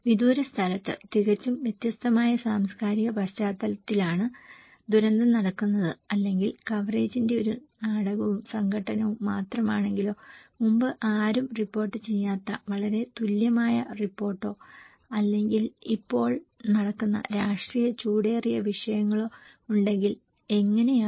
വിദൂര സ്ഥലത്ത് തികച്ചും വ്യത്യസ്തമായ സാംസ്കാരിക പശ്ചാത്തലത്തിലാണ് ദുരന്തം നടക്കുന്നത് അല്ലെങ്കിൽ കവറേജിന്റെ ഒരു നാടകവും സംഘട്ടനവും മാത്രമാണെങ്കിലോ മുമ്പ് ആരും റിപ്പോർട്ട് ചെയ്യാത്ത വളരെ അതുല്യമായ റിപ്പോർട്ടോ അല്ലെങ്കിൽ ഇപ്പോൾ നടക്കുന്ന രാഷ്ട്രീയ ചൂടേറിയ വിഷയങ്ങളോ ഉണ്ടെങ്കിൽ എങ്ങനെയാവും